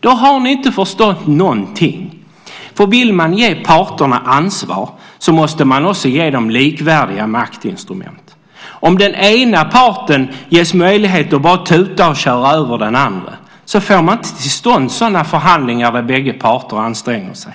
Då har ni inte förstått någonting. Vill man ge parterna ansvar, måste man också ge dem likvärdiga maktinstrument. Om den ena parten ges möjlighet att bara tuta och köra över den andra får man inte till stånd sådana förhandlingar där bägge parter anstränger sig.